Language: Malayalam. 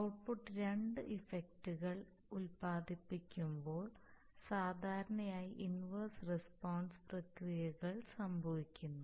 ഔട്ട്പുട്ട് രണ്ട് ഇഫക്റ്റുകൾ ഉൽപാദിപ്പിക്കുമ്പോൾ സാധാരണയായി ഇൻവർസ് റസ്പോൺസ് പ്രക്രിയകൾ സംഭവിക്കുന്നു